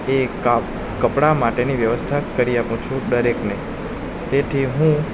એ કા કપડાં માટેની વ્યવસ્થા કરી આપું છું દરેકને તેથી હું